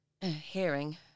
hearing